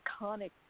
iconic